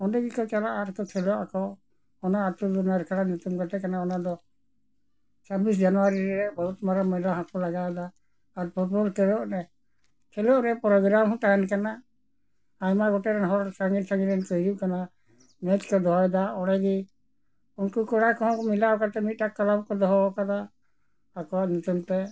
ᱚᱸᱰᱮ ᱜᱮᱠᱚ ᱪᱟᱞᱟᱜᱼᱟ ᱟᱨᱠᱚ ᱠᱷᱮᱞᱚᱜ ᱟᱠᱚ ᱚᱱᱟ ᱟᱛᱳ ᱨᱮᱱ ᱠᱷᱮᱞᱟ ᱧᱩᱛᱩᱢ ᱠᱟᱛᱮ ᱜᱟᱛᱮ ᱠᱟᱱᱟ ᱚᱱᱟ ᱫᱚ ᱪᱷᱟᱵᱽᱵᱤᱥ ᱡᱟᱱᱩᱣᱟᱨᱤ ᱨᱮ ᱵᱚᱦᱩᱛ ᱢᱟᱨᱟᱝ ᱢᱮᱞᱟ ᱦᱚᱸᱠᱚ ᱞᱟᱜᱟᱣᱫᱟ ᱟᱨ ᱯᱷᱩᱴᱵᱚᱞ ᱠᱷᱮᱞᱳᱜ ᱨᱮ ᱠᱷᱮᱞᱳᱜ ᱨᱮ ᱯᱨᱳᱜᱨᱟᱢ ᱦᱚᱸ ᱛᱟᱦᱮᱱ ᱠᱟᱱᱟ ᱟᱭᱢᱟ ᱜᱚᱴᱮᱱ ᱦᱚᱲ ᱥᱟᱺᱜᱤᱧ ᱥᱟᱺᱜᱤᱧ ᱨᱮᱱ ᱠᱚ ᱦᱤᱡᱩᱜ ᱠᱟᱱᱟ ᱢᱮᱪ ᱠᱚ ᱫᱚᱦᱚᱭᱮᱫᱟ ᱚᱸᱰᱮ ᱜᱮ ᱩᱱᱠᱩ ᱠᱚᱲᱟ ᱠᱚᱦᱚᱸ ᱠᱚ ᱢᱮᱞᱟ ᱠᱟᱛᱮ ᱢᱤᱫᱴᱟᱝ ᱠᱞᱟᱵᱽ ᱠᱚ ᱫᱚᱦᱚ ᱟᱠᱟᱫᱟ ᱟᱠᱚᱣᱟᱜ ᱧᱩᱛᱩᱢ ᱛᱮ